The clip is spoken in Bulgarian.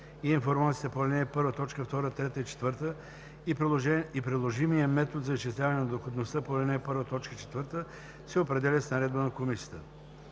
и информацията по ал. 1, т. 2, 3 и 4 и приложимият метод за изчисляване на доходността по ал. 1, т. 4 се определят с наредба на комисията.